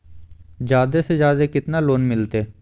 जादे से जादे कितना लोन मिलते?